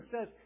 says